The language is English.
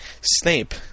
Snape